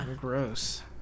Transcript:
gross